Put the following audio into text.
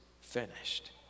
finished